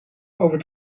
over